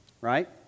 right